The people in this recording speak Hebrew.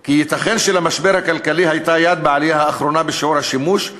כי ייתכן שלמשבר הכלכלי הייתה יד בעלייה האחרונה בשיעור השימוש,